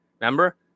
remember